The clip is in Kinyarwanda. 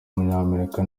w’umunyamerika